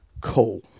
coal